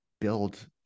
build